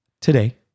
Today